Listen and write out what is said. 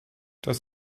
das